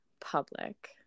public